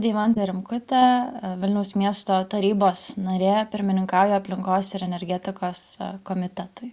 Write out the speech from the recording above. deimantė rimkutė vilniaus miesto tarybos narė pirmininkauju aplinkos ir energetikos komitetui